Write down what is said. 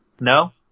No